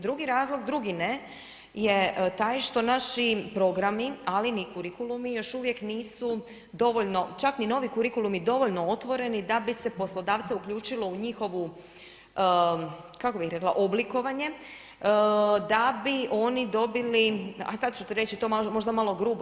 Drugi razlog drugi ne je taj što naši programi, ali ni kurikulumi još uvijek nisu dovoljno čak ni novi kurikulumi dovoljno otvoreni da bi se poslodavce uključilo u njihovu kako bih rekla oblikovanje, da bi oni dobili a sad ću to reći možda malo grubo.